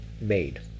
made